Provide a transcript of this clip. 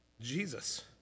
Jesus